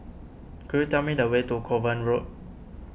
could you tell me the way to Kovan Road